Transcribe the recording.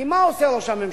כי מה עושה ראש הממשלה?